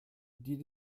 die